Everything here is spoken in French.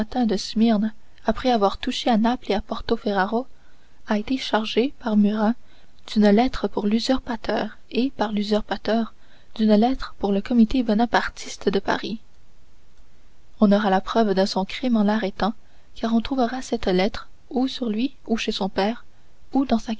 de smyrne après avoir touché à naples et à porto ferrajo a été chargé par murat d'un paquet pour l'usurpateur et par l'usurpateur d'une lettre pour le comité bonapartiste de paris on aura la preuve de son crime en l'arrêtant car on retrouvera cette lettre sur lui ou chez son père ou dans sa